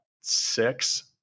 six